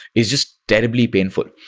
is just terribly painful.